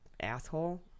asshole